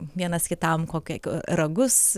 vienas kitam kokia ragus